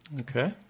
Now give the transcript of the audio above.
Okay